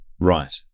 Right